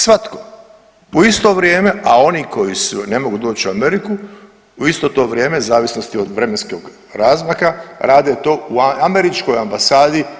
Svatko u isto vrijeme, a oni koji su, ne mogu doći u Ameriku, u isto to vrijeme zavisnosti od vremenskog razmaka rade to u američkoj ambasadi.